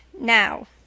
now